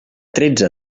tretze